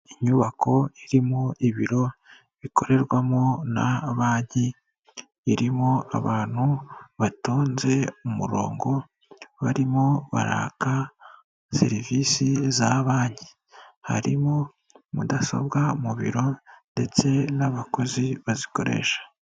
Inyubako irimo ibiro bikorerwamo na banki irimo abantu batonze umurongo barimo baraka serivisi za banki, harimo mudasobwa mu biro ndetse n'abakozi bazikoresha.